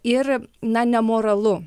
ir na nemoralu